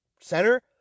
center